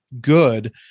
good